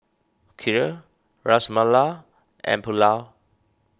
Kheer Ras Malai and Pulao